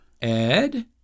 Ed